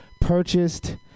purchased